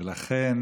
ולכן,